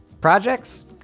projects